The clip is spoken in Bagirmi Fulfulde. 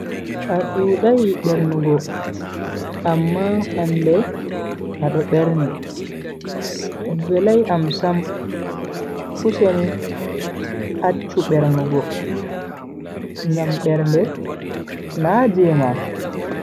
A dudai bernugo amma hande ado berni, velai am sam. Useni acchu bernugo, ngam bernde na je ma.